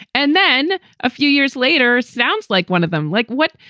and then a few years later, sounds like one of them. like what?